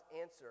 answer